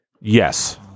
yes